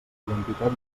identitat